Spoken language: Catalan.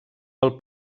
pel